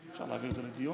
אפשר להעביר את זה לדיון?